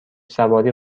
سواری